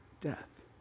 death